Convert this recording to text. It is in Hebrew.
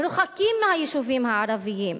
מרוחקים מהיישובים הערביים.